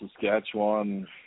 Saskatchewan